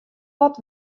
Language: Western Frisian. wat